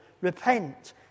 repent